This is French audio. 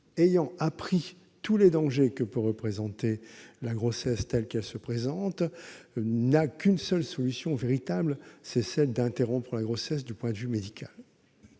ayant appris tous les dangers que fait encourir la grossesse telle qu'elle se présente, n'a qu'une seule solution véritable, celle d'interrompre la grossesse du point de vue médical.